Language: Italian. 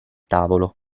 tavolo